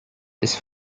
this